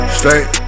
straight